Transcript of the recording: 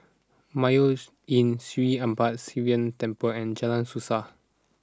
Mayos Inn Sri Arasakesari Sivan Temple and Jalan Suasa